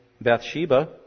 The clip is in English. Bathsheba